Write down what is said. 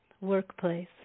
workplace